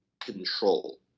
control